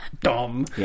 dumb